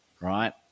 right